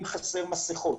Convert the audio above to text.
אם חסרות מסכות,